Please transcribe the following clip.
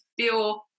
feel